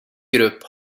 grupp